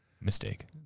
Mistake